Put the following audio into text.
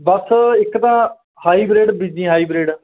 ਬਸ ਇੱਕ ਤਾਂ ਹਾਈਬ੍ਰਿਡ ਬੀਜੀ ਹਾਈਬ੍ਰਿਡ